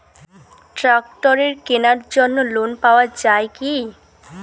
ট্রাক্টরের কেনার জন্য লোন পাওয়া যায় কি?